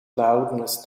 loudness